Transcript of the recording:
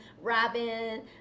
Robin